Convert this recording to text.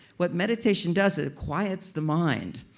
what meditation does, it quiets the mind.